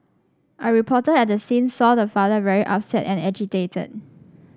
a reporter at the scene saw the father very upset and agitated